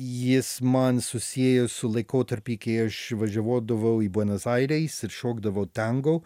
jis man susijęs su laikotarpį kai aš važiavuodavau į buenos aires ir šokdavau tango